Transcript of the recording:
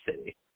city